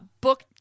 book